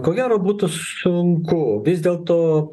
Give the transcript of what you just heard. ko gero būtų sunku vis dėlto